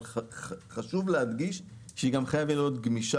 אבל חשוב להדגיש שהיא גם חייבת להיות גמישה.